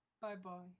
Bye-bye